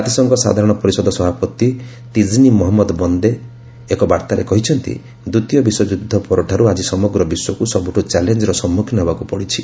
ଜାତିସଂଘ ସାଧାରଣ ପରିଷଦ ସଭାପତି ତିଜନି ମହମ୍ମଦ ବନ୍ଦେ ଏକ ବାର୍ତ୍ତାରେ କହିଛନ୍ତି ଦ୍ୱିତୀୟ ବିଶ୍ୱଯୁଦ୍ଧ ପରଠାରୁ ଆଜି ସମଗ୍ର ବିଶ୍ୱକୁ ସବୁଠୁ ଚ୍ୟାଲେଞ୍ଜର ସମ୍ମୁଖୀନ ହେବାକୁ ପଡୁଛି